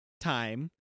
time